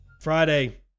Friday